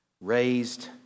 raised